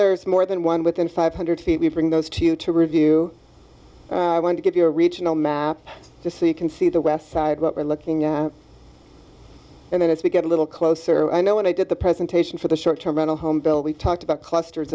there's more than one within five hundred feet we'll bring those to you to review i want to give you a regional map just so you can see the west side what we're looking at and then as we get a little closer i know when i did the presentation for the short term on a home bill we talked about clusters